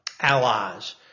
allies